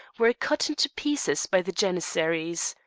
were cut into pieces by the janissaries.